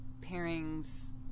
pairings